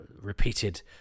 repeated